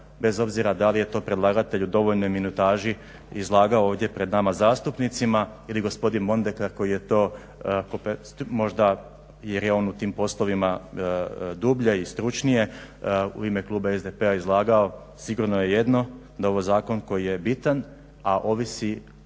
bez obzira da li je to predlagatelj u dovoljnoj minutaži izlagao ovdje pred nama zastupnicima ili gospodin Mondekar koji je to možda jer je on u tim poslovima dublje i stručnije u ime kluba SDP-a izlagao. Sigurno je jedno da je ovo zakon koji je bitan, a ovisi